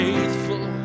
Faithful